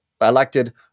elected